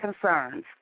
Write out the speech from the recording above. concerns